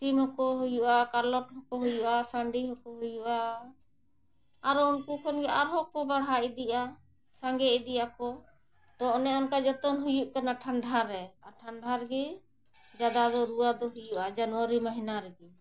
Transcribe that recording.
ᱥᱤᱢ ᱦᱚᱸᱠᱚ ᱦᱩᱭᱩᱜᱼᱟ ᱠᱟᱞᱚᱴ ᱦᱚᱸᱠᱚ ᱦᱩᱭᱩᱜᱼᱟ ᱥᱟᱺᱰᱤ ᱦᱚᱸᱠᱚ ᱦᱩᱭᱩᱜᱼᱟ ᱟᱨᱚ ᱩᱱᱠᱩ ᱠᱷᱚᱱ ᱜᱮ ᱟᱨᱦᱚᱸ ᱠᱚ ᱵᱟᱲᱦᱟᱣ ᱤᱫᱤᱜᱼᱟ ᱥᱟᱸᱜᱮ ᱤᱫᱤᱜᱼᱟ ᱠᱚ ᱛᱚ ᱚᱱᱮ ᱚᱱᱠᱟ ᱡᱚᱛᱚᱱ ᱦᱩᱭᱩᱜ ᱠᱟᱱᱟ ᱴᱷᱟᱱᱰᱟᱨᱮ ᱟᱨ ᱴᱷᱟᱱᱰᱟ ᱜᱮ ᱡᱟᱫᱟ ᱫᱚ ᱨᱩᱣᱟᱹ ᱫᱚ ᱦᱩᱭᱩᱜᱼᱟ ᱡᱟᱱᱩᱣᱟᱨᱤ ᱢᱟᱹᱦᱱᱟᱹ ᱨᱮᱜᱮ